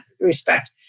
respect